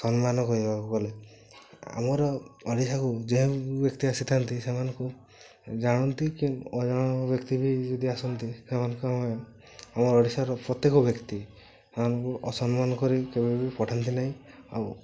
ସମ୍ମାନ କହିବାକୁ ଗଲେ ଆମର ଓଡ଼ିଶାକୁ ଯେହେତୁ ଏତେ ଆସିଥାନ୍ତି ସେମାନଙ୍କୁ ଜାଣନ୍ତି କି ଅଜଣା ବ୍ୟକ୍ତି ବି ଯଦି ଆସନ୍ତି ଆମ ଓଡ଼ିଶାର ପ୍ରତ୍ୟେକ ବ୍ୟକ୍ତି ସେମାନଙ୍କୁ ଅସମ୍ମାନ କରି କେବେ ବି ପଠାନ୍ତି ନାହିଁ ଆଉ